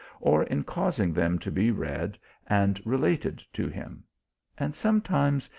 or in causing them to be read and related to him and sometimes,